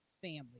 family